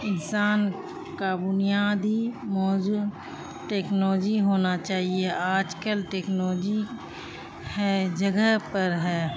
انسان کا بنیادی موضوع ٹیکنالوجی ہونا چاہیے آج کل ٹیکنالوجی ہے جگہ پر ہے